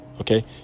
Okay